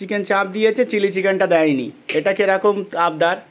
chicken chaap দিয়েছে chilli চিকেনটা দেয় নি এটাকে একম আপদার